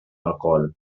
alcohol